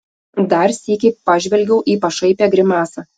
dar sykį pažvelgiau į pašaipią grimasą